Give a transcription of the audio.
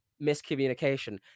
Miscommunication